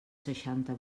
seixanta